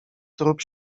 trup